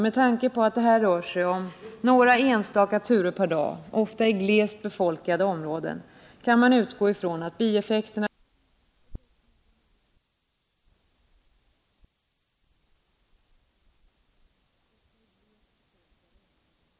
Med tanke på att det här rör sig om några enstaka turer per dag, ofta i glest befolkade områden, kan man utgå ifrån att bieffekterna på miljön är i det närmaste negligerbara för både järnvägsoch landsvägsalternativet.